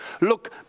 Look